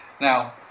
Now